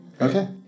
Okay